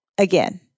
again